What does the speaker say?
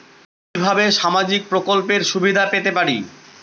কিভাবে সামাজিক প্রকল্পের সুবিধা পেতে পারি?